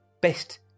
Best